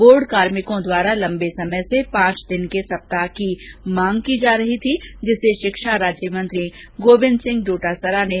board कार्मिकों द्वारा लम्बे समय से पांच दिन के सप्ताह की मांग की जा रही थी जिसे शिक्षा राज्यमंत्री गोविंद सिंह डोटासरा ने पूरा कर दिया है